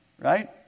Right